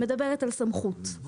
מדברת על סמכות,